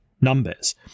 numbers